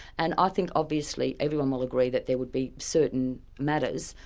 and i think obviously everyone will agree that there would be certain matters,